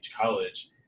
college